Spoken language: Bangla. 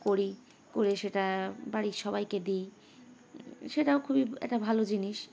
করি করে সেটা বাড়ির সবাইকে দিই সেটাও খুবই একটা ভালো জিনিস